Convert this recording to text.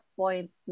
point